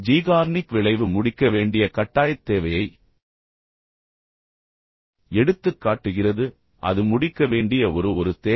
Zeigarnik விளைவு முடிக்க வேண்டிய கட்டாயத் தேவையை எடுத்துக்காட்டுகிறது அது முடிக்க வேண்டிய ஒரு ஒரு தேவை